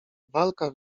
walka